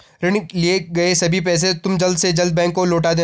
ऋण लिए गए सभी पैसे तुम जल्द से जल्द बैंक को लौटा देना